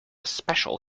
special